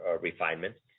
refinements